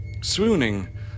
swooning